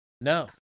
no